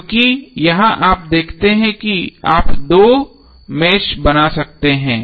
क्योंकि यहाँ आप देखते हैं कि आप दो मेष बना सकते हैं